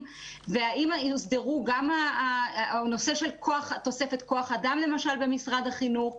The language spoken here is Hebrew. והאם הוסדר גם נושא של תוספת כוח אדם למשל במשרד החינוך.